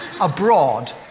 abroad